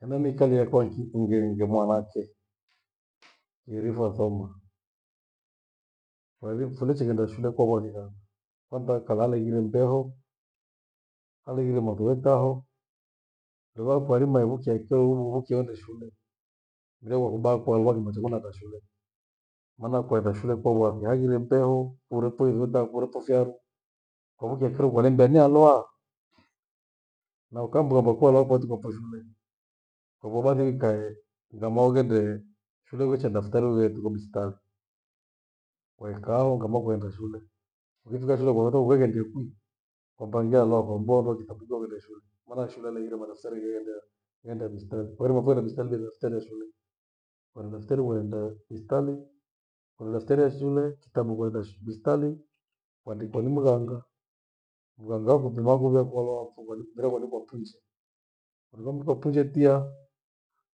Hena miikalie yakwa nki ngenge mwanake yerifo wathoma. Wawi funichighenda shule kwawanidhani kwantha nkalale ighire mbeho. Haleighire mathu hektaho, evo kwairima evukie kyeo uvuvukie uende shule. Mira wakubakwa ngwakima chevo nakaa shulee. Maana kwaenda shule kowathu nihaghire ndeho urefui igothangu. Koriko fyaru uvukie kiru kwalembe ni haluaa. Na ika mbwembwe kua lua kwaitifagha shule, hevo kwa thiiikahe ivamo ughendihe filo kwicha ni daftari uhe kijo bistali. Kwaikaaho ngama kwaenda shule, ughenjika shule kuwatha uweghendie kwi! kampangia loko mboamboa itabidi ughende shule. Maana shule aleghire madaftari gheyendea, endea bistali. Kwairima fua enda bistali mile bistali ya shule. Ena daftari uendiee bistali, ena daftari ya shule kitabu kwaenda shu- bistali andikwa ni mranga. Mranga akutumie wavuvi yekwaloa mfughanyi, mira kwaandikiwa punje. Vandu mwanyweka puje tia,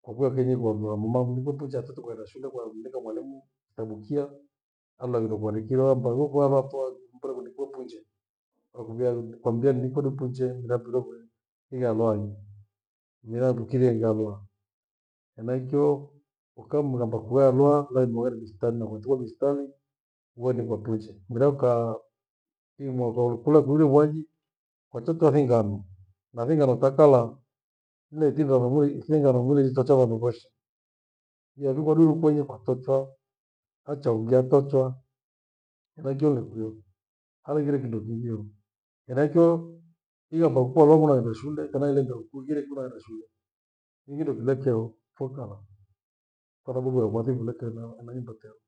kwakwia kenyi kwa mnywe wa mama mvunde mkicha achate kwaenda shule kwamghinika mwalimu thaiwukia amna kindu kuandikiriwe amba ghuku wa waghafwa mbire kindu pupunje. Akakughea ni kwa mghea ndiku dupunje mera niviriwe kuri thige andoa ni. Mira nikukighe ngalwa enachio ukamghamba kuya nwa na imwe bistali na kwa njoo bistali, uandikwa punje mira khaa imwa kwa kule kuwira gwaji hacha chazingani na dhingana mpaka la mleti ngama nue- kinghama nure chicha cha vandu veshi. Nihakiko duni kwenyi vatotrae hacha ingia tochwa. Henaicho ni kwio haleghire kindo kighiho. Henachio, igheamba kua lwangula yaenda shule kana ile ghei kungire kinaada shule. Kughi na nekizakyeo keukala, kwathababu ya ukwasi ngelektena ena nyumba keo